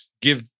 give